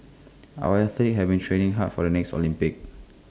our athletes have been training hard for the next Olympics